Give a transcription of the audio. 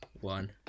one